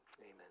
Amen